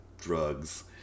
Drugs